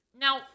Now